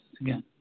again